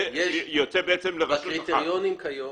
לפי הקריטריונים כיום,